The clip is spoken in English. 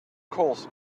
course